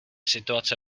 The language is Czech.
situace